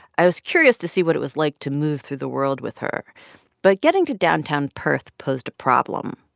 i was curious to see what it was like to move through the world with her but getting to downtown perth posed a problem.